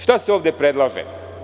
Šta se ovde predlaže?